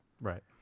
right